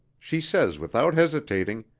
she says without hesitating